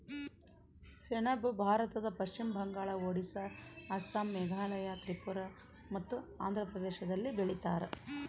ಸೆಣಬು ಭಾರತದ ಪಶ್ಚಿಮ ಬಂಗಾಳ ಒಡಿಸ್ಸಾ ಅಸ್ಸಾಂ ಮೇಘಾಲಯ ತ್ರಿಪುರ ಮತ್ತು ಆಂಧ್ರ ಪ್ರದೇಶದಲ್ಲಿ ಬೆಳೀತಾರ